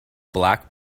black